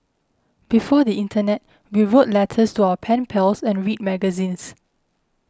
before the internet we wrote letters to our pen pals and read magazines